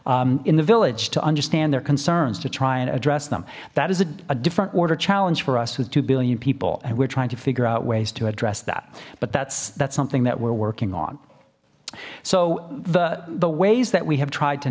people in the village to understand their concerns to try and address them that is a different order challenge for us with two billion people and we're trying to figure out ways to address that but that's that's something that we're working on so the the ways that we have tried to